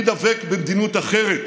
אני דבק במדיניות אחרת,